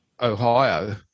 Ohio